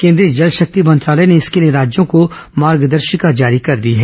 केंद्रीय जल शक्ति मंत्रालय ने इसके लिए राज्यों को मागदर्शिका जारी कर दी है